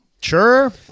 Sure